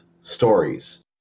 stories